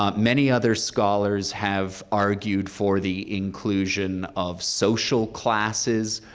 um many other scholars have argued for the inclusion of social classes.